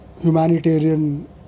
humanitarian